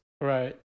Right